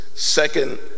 Second